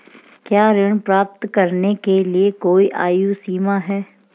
क्या ऋण प्राप्त करने के लिए कोई आयु सीमा है?